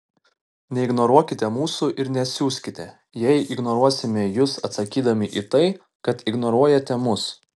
neignoruokite mūsų ir nesiuskite jei ignoruosime jus atsakydami į tai kad ignoruojate mus